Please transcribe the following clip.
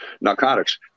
narcotics